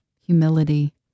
humility